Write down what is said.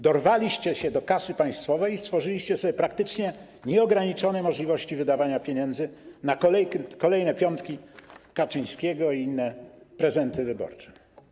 Dorwaliście się do kasy państwowej i stworzyliście sobie praktycznie nieograniczone możliwości wydawania pieniędzy na kolejne „piątki” Kaczyńskiego i inne prezenty wyborcze.